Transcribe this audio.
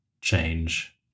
change